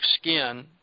skin